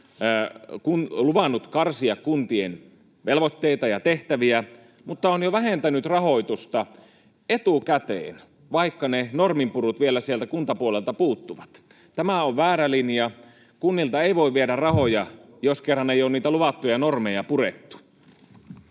luvannut karsia kuntien velvoitteita ja tehtäviä, mutta on jo vähentänyt rahoitusta etukäteen, vaikka ne norminpurut vielä sieltä kuntapuolelta puuttuvat. Tämä on väärä linja. Kunnilta ei voi viedä rahoja, jos kerran ei ole niitä luvattuja normeja purettu.